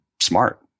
smart